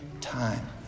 time